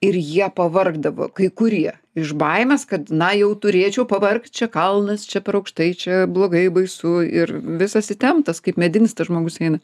ir jie pavargdavo kai kurie iš baimės kad na jau turėčiau pavargt čia kalnas čia per aukštai čia blogai baisu ir visas įtemptas kaip medinis tas žmogus eina